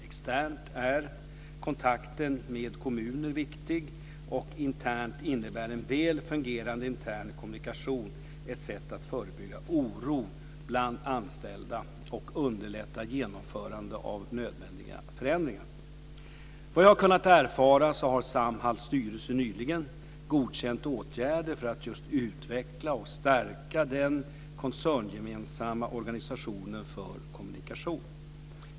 Externt är kontakten med kommuner viktig, och internt innebär en väl fungerande intern kommunikation ett sätt att förebygga oro bland anställda och underlätta genomförande av nödvändiga förändringar. Vad jag har kunnat erfara har Samhalls styrelse nyligen godkänt åtgärder för att just utveckla och stärka den koncerngemensamma organisationen för kommunikation.